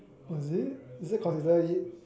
oh is it is it considered it